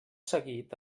seguit